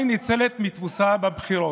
מפא"י ניצלת מתבוסה בבחירות.